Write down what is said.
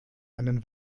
einen